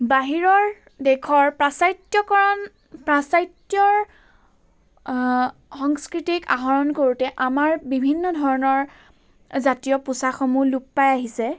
বাহিৰৰ দেশৰ পাশ্চাত্যকৰণ পাশ্চাত্যৰ সংস্কৃতিক আহৰণ কৰোঁতে আমাৰ বিভিন্ন ধৰণৰ জাতীয় পোচাকসমূহ লোপ পায় আহিছে